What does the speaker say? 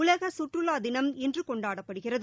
உலக சுற்றுலா தினம் இன்று கொண்டாடப்படுகிறது